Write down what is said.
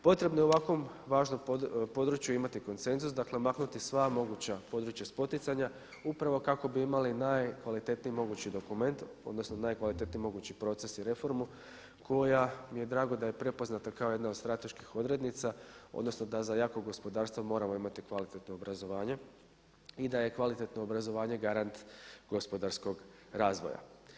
Potrebno je u ovakvom važnom području imati konsenzus maknuti sva moguća područja spoticanja upravo kako bi imali najkvalitetniji mogući dokument odnosno najkvalitetniji mogući proces i reformu koja mi je drago da je prepoznata kao jedna od strateških odrednica odnosno da za jako gospodarstvo moramo imati kvalitetno obrazovanje i da je kvalitetno obrazovanje garant gospodarskog razvoja.